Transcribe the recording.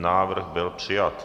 Návrh byl přijat.